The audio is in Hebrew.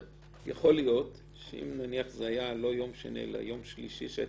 יכול להיות שאם זה היה נניח לא יום שני אלא יום שלישי להחליט,